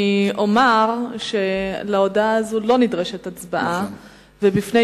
אני אומר שלהודעה הזאת לא נדרשת הצבעה ובפני